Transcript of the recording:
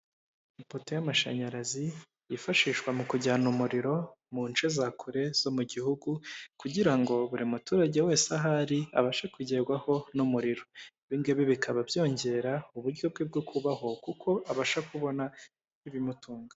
Ipoto y'amashanyarazi yifashishwa mu kujyana umuriro mu nce za kure zo mu gihugu kugira ngo buri muturage wese ahari abashe kugerwaho n'umuriro. Ibi ng'ibi bikaba byongera uburyo bwe bwo kubaho kuko abasha kubona ibimutunga.